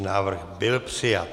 Návrh byl přijat.